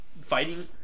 fighting